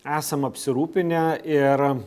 esam apsirūpinę ir